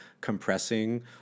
compressing